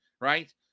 right